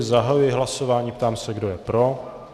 Zahajuji hlasování a ptám se, kdo je pro.